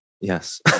Yes